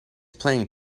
playing